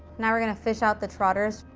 now we're going to fish out the trotters.